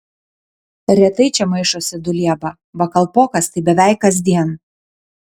retai čia maišosi dulieba va kalpokas tai beveik kasdien